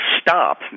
stop